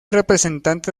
representante